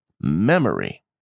memory